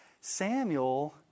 Samuel